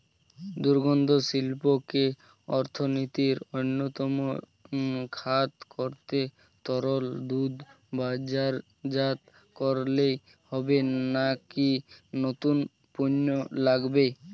দুগ্ধশিল্পকে অর্থনীতির অন্যতম খাত করতে তরল দুধ বাজারজাত করলেই হবে নাকি নতুন পণ্য লাগবে?